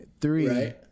Three